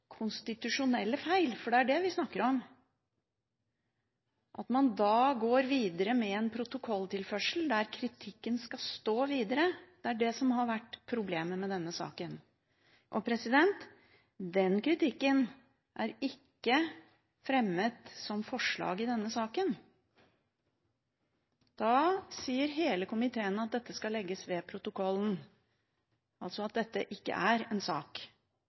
konstitusjonelle feil – for det er det vi snakker om – går videre med en protokolltilførsel, der kritikken skal stå videre, er det som har vært problemet med denne saken. Den kritikken er ikke fremmet som forslag i denne saken. Da sier hele komiteen at dette skal legges ved protokollen – altså at dette ikke er en sak,